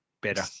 better